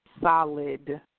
solid